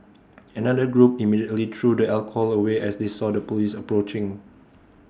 another group immediately threw the alcohol away as they saw the Police approaching